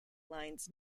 lines